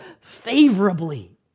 favorably